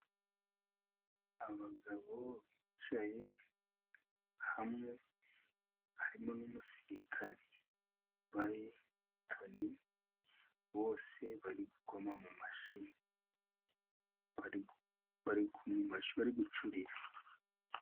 Abagabo bicaye hamwe, harimo n'umusirikari. Baricaye bose bari gukoma mu mashyi, bari gucurira